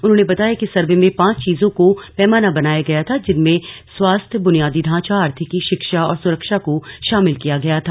उन्होंने बताया कि सर्वे में पांच चीजों को पैमाना बनाया गया था जिनमें स्वास्थ्य बुनियादी ढांचा आर्थिकी शिक्षा और सुरक्षा को शामिल किया गया था